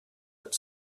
but